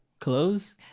clothes